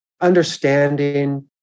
understanding